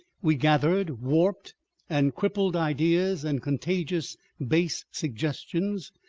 we gathered warped and crippled ideas and contagious base suggestions,